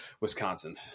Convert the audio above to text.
Wisconsin